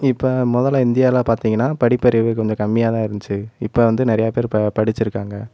இப்போ முதல இந்தியாவில பார்த்தீங்கன்னா படிப்பறிவு கொஞ்சம் கம்மியாகதான் இருந்துச்சி இப்போ வந்து நிறையா பேர் ப படிச்சிருக்காங்கள்